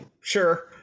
sure